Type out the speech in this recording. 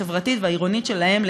החברתית והעירונית שלהן.